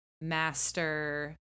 master